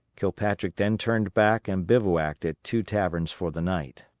kilpatrick then turned back and bivouacked at two taverns for the night.